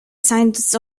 signs